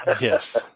Yes